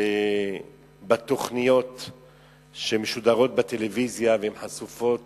בתוכניות שמשודרות בטלוויזיה וחשופות